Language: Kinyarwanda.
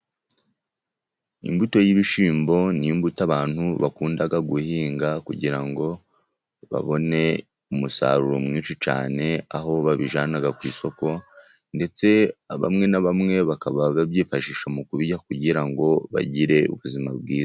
Imbuto y'ibishyimbo ni imbuto abantu bakunda guhinga, kugira ngo babone umusaruro mwinshi cyane, aho babijyana ku isoko, ndetse bamwe na bamwe bakaba babyifashisha mu kubirya, kugira ngo bagire ubuzima bwiza.